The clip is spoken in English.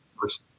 first